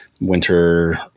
winter